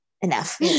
enough